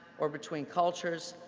or between cultures,